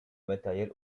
matériel